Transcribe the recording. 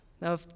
Now